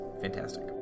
fantastic